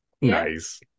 Nice